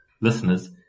listeners